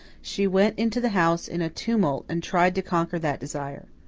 she went into the house in a tumult and tried to conquer that desire.